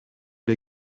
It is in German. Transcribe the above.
der